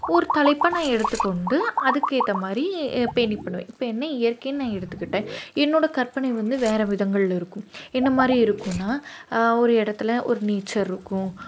ஒரு தலைப்பை நான் எடுத்துக்கொண்டு அதுக்கு ஏற்ற மாதிரி பெயிண்டிங் பண்ணுவேன் இப்போ என்ன இயற்கை நான் எடுத்துக்கிட்டேன் என்னோடய கற்பனை வந்து வேற விதங்கள்ல இருக்கும் என்ன மாதிரி இருக்கும்னா ஒரு இடத்துல ஒரு நேச்சர் இருக்கும்